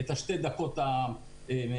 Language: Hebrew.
את השתי דקות המיוחלות,